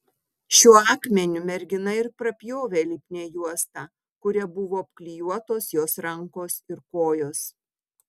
šiuo akmeniu mergina ir prapjovė lipnią juostą kuria buvo apklijuotos jos rankos ir kojos